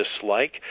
dislike